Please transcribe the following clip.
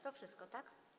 To wszystko, tak?